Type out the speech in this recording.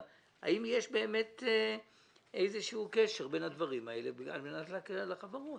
האם יש באמת איזשהו קשר בין הדברים האלה על מנת להקל על החברות?